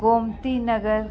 Gomti Nagar